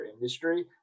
industry